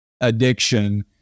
addiction